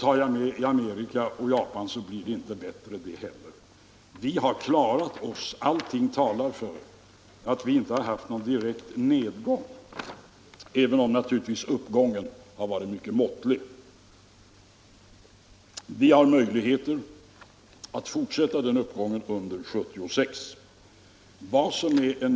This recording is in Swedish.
Tar jag med Amerika och Japan så blir det inte bättre. Vi har klarat oss. Allting talar för att vi inte har haft någon direkt nedgång, även om naturligtvis uppgången har varit mycket måttlig. Vi har möjligheter att fortsätta den uppgången under 1976.